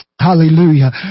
hallelujah